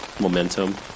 momentum